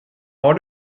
har